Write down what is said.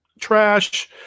trash